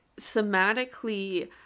thematically